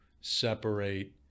separate